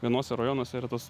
vienuose rajonuose yra tos